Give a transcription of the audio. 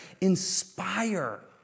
inspire